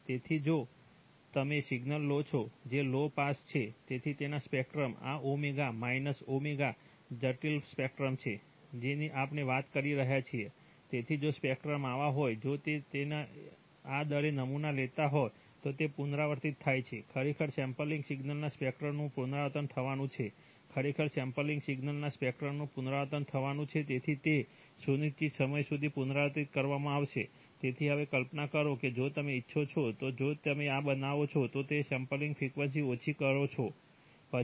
તેથી જો તમે સિગ્નલ લો છો જે લો પાસ છે તેથી તેના સ્પેક્ટ્રમ આ ઓમેગા માઇનસ ઓમેગા જટિલ સ્પેક્ટ્રમ છે જેની આપણે વાત કરી રહ્યા છીએ તેથી જો સ્પેક્ટ્રમ આવા હોય અને જો તમે તેને આ દરે નમૂના લેતા હોવ તો તે પુનરાવર્તિત થાય છે ખરેખર સેમ્પલિંગ સિગ્નલના સ્પેક્ટ્રમનું પુનરાવર્તન થવાનું છે ખરેખર સેમ્પલિંગ સિગ્નલના સ્પેક્ટ્રમનું પુનરાવર્તન થવાનું છે તેથી તે અનિશ્ચિત સમય સુધી પુનરાવર્તિત કરવામાં આવશે તેથી હવે કલ્પના કરો કે જો તમે ઇચ્છો તો જો તમે આ બનાવો છો જો તમે સેમ્પલિંગ ફ્રીક્વન્સી ઓછી કરો છો